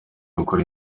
gukora